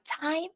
time